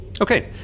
Okay